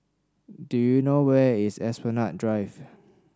do you know where is Esplanade Drive